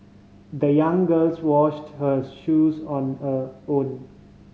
the young girls washed her shoes on a own